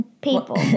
people